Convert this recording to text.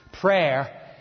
Prayer